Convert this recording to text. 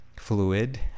fluid